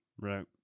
right